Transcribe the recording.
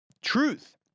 Truth